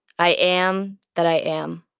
i am that i am